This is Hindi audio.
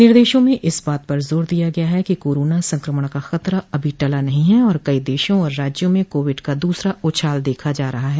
निर्देशों में इस बात पर जोर दिया गया है कि कोरोना संक्रमण का खतरा अभी टला नहीं है और कई देशों ओर राज्यों में कोविड का द्सरा उछाल देखा जा रहा है